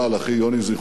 זיכרונו לברכה,